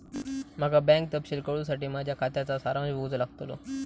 माका बँक तपशील कळूसाठी माझ्या खात्याचा सारांश बघूचो लागतलो